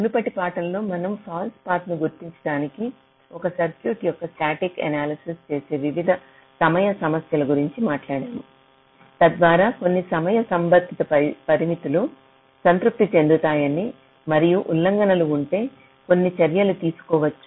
మునుపటి పాఠంలో మనం ఫాల్స్ పాత్లనును గుర్తించడానికి ఒక సర్క్యూట్ యొక్క స్టాటిక్ అనాలిసిస్ చేసే వివిధ సమయ సమస్యల గురించి మాట్లాడాము తద్వారా కొన్ని సమయ సంబంధిత పరిమితులు సంతృప్తి చెందుతాయి మరియు ఉల్లంఘనలు ఉంటే కొన్ని చర్యలు తీసుకోవచ్చు